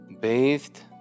bathed